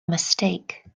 mistake